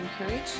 encourage